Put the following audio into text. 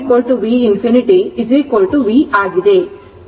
v ಇದು ಸ್ಥಿರ ಸ್ಥಿತಿಯಲ್ಲಿರುತ್ತದೆ